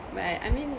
but I mean